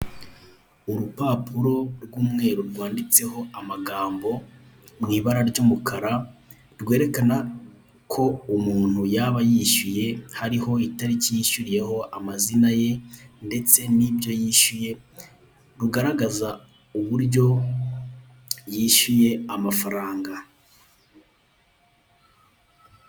Urupapuro rw'umweru rwanditseho amagambo mu ibara ry'umukara rwerekana ko umuntu yaba yishyuye hariho itariki yishyuriyeho, amazina ye ndetse n'ibyo yishyuye rugaragaza uburyo yishyuye amafaranga.